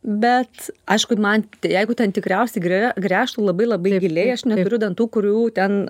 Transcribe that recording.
bet aišku man jeigu ten tikriausiai grę gręžtų labai labai giliai aš neturiu dantų kurių ten